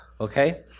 Okay